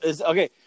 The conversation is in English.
okay